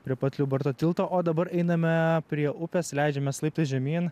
prie pat liubarto tilto o dabar einame prie upės leidžiamės laiptais žemyn